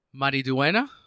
Mariduena